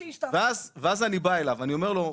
ואז אני בא אליו ואני אומר לו,